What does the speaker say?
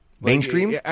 Mainstream